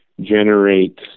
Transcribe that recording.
generate